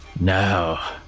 Now